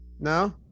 No